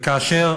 וכאשר